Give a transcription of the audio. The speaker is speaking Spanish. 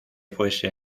fuese